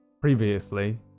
previously